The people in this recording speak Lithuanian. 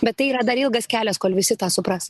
bet tai yra dar ilgas kelias kol visi tą supras